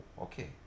okay